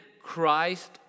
Christ